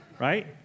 right